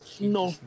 No